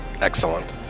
excellent